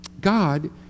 God